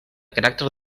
caràcter